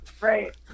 Right